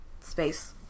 space